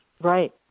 Right